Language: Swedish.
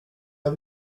jag